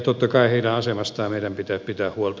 totta kai heidän asemastaan meidän pitää pitää huolta